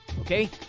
Okay